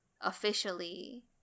officially